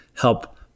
help